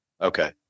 okay